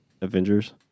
Avengers